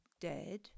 dead